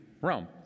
Rome